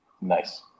Nice